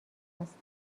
است